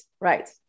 right